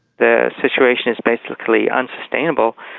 the situation is basically unsustainable,